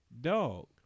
Dog